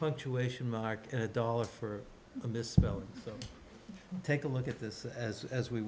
punctuation mark and a dollar for a misspelling so take a look at this as as we